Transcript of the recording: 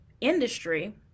industry